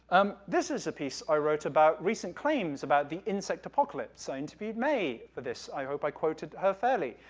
um this is a piece i wrote about, recent claims about the insect apocalypse. i interviewed may about this. i hope i quoted her fairly.